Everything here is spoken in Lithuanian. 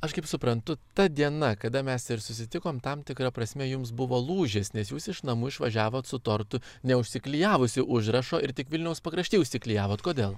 aš kaip suprantu ta diena kada mes ir susitikom tam tikra prasme jums buvo lūžis nes jūs iš namų išvažiavot su tortu neužsiklijavusi užrašo ir tik vilniaus pakrašty užsiklijavot kodėl